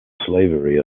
slavery